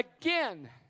again